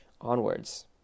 onwards